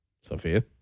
Sophia